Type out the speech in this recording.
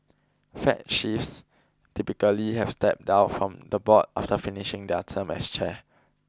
Fed chiefs typically have stepped down from the board after finishing their term as chair